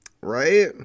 Right